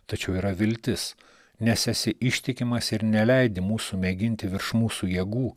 tačiau yra viltis nes esi ištikimas ir neleidi mūsų mėginti virš mūsų jėgų